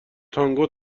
تانگو